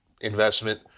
investment